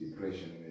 depression